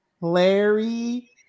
Larry